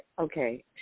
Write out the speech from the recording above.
okay